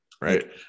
right